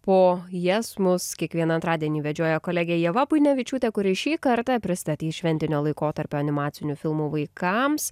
po jas mus kiekvieną antradienį vedžioja kolegė ieva buinevičiūtė kuri šį kartą pristatys šventinio laikotarpio animacinių filmų vaikams